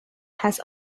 has